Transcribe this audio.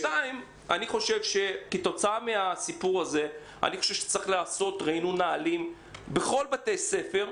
אני חושב שכתוצאה מן הסיפור הזה צריך לעשות ריענון נהלים בכל בתי הספר.